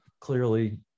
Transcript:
clearly